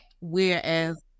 Whereas